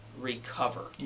recover